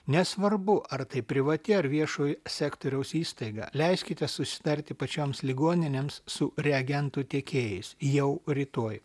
nesvarbu ar tai privati ar viešojo sektoriaus įstaiga leiskite susitarti pačioms ligoninėms su reagentų tiekėjais jau rytoj